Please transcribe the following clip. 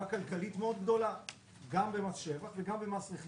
הצבעה בעד 2 נגד 4 נמנעים - אין לא אושר.